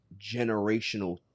generational